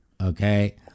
Okay